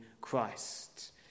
Christ